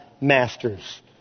masters